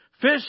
Fish